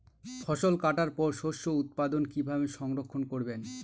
ফসল কাটার পর শস্য উৎপাদন কিভাবে সংরক্ষণ করবেন?